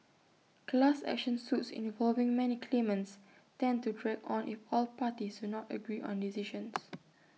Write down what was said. class action suits involving many claimants tend to drag on if all parties do not agree on decisions